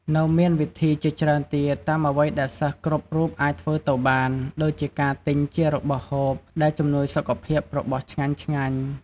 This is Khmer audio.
នៅមានវិធីជាច្រើនទៀតតាមអ្វីដែលសិស្សគ្រប់រូបអាចធ្វើទៅបាន ដូចជាការទិញជារបស់ហូប ដែលជំនួយសុខភាព របស់ឆ្ងាញ់ៗ។